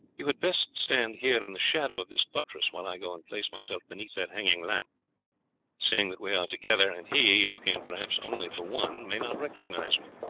you had best stand here in the shadow of this buttress while i go and place myself beneath that hanging lamp seeing that we are together, and he, looking perhaps only for one, may not recognize me.